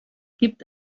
gibt